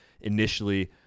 initially